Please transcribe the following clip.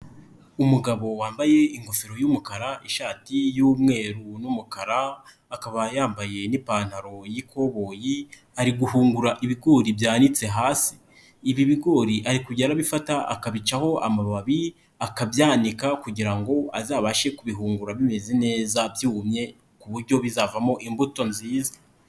umugabo wambaye ingofero y'umukara, ishati y'umweru n'umukara, akaba yambaye n'ipantaro y'ikoboyi, ari guhungura ibigori byanitse hasi, ibi bigori ariko kujya arabifata akabicaho amababi, akabika kugirango ngo azabashe kubihungura bimeze neza byumye, ku buryo bizavamo imbuto nziza.